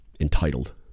Entitled